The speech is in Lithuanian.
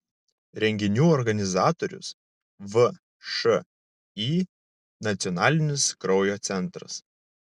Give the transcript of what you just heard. renginių organizatorius všį nacionalinis kraujo centras